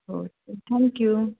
okay thank you